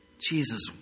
Jesus